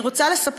אני רוצה לספר